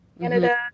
Canada